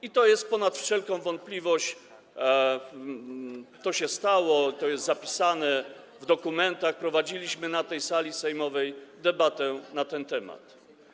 I to jest ponad wszelką wątpliwość, to się stało, to jest zapisane w dokumentach, prowadziliśmy na tej sali sejmowej debatę na ten temat.